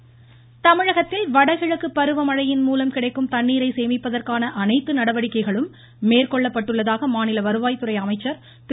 உதயகுமார் தமிழகத்தில் வடகிழக்கு பருவமழையின் மூலம் கிடைக்கும் தண்ணீரை சேமிப்பதற்கான அனைத்து நடவடிக்கைகளும் மேற்கொள்ளப்பட்டுள்ளதாக மாநில வருவாய் துறை அமைச்சர் திரு